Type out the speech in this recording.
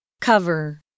cover